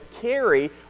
carry